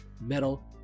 metal